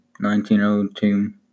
1902